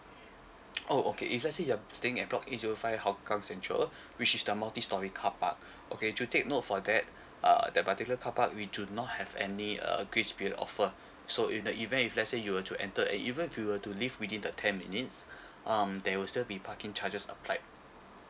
oh okay if let say you're staying at block A zero five hougang central which is the multi storey car park okay to take note for that uh that particular car park we do not have any uh grace period offer so in the event if let say you were to enter and even if you were to leave within the ten minutes um there will still be parking charges applied